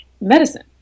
medicine